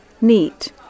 Neat